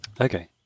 Okay